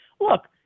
Look